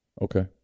Okay